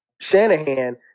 Shanahan